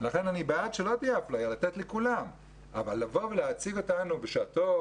לכן אני בעד שלא תהיה אפליה אלא לתת לכולם אבל לבוא ולהציג אותנו בשעתו